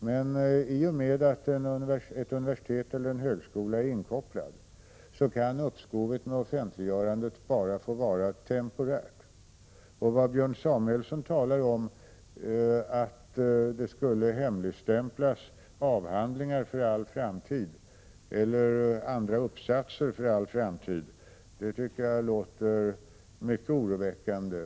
Men i och med att ett universitet eller en högskola är inkopplad kan uppskovet med offentliggörandet bara få vara temporärt. Det som Björn | Samuelson sade om att avhandlingar och uppsatser skulle hemligstämplas för | all framtid tycker jag låter mycket oroväckande.